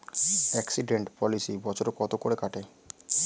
Accident policy বছরে কত করে কাটে?